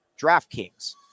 DraftKings